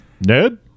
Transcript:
Ned